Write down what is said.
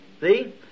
See